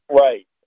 Right